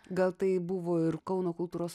gal tai buvo ir kauno kultūros